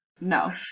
No